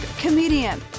comedian